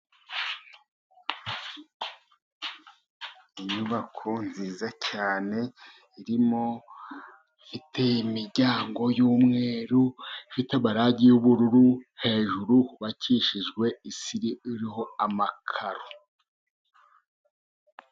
Inyubako nziza cyane irimo ifite imiryango y'umweru ifite amarangi y'ubururu hejuru hubakishijwe isiri iriho amakaro.